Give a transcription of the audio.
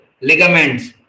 ligaments